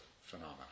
phenomena